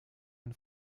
ein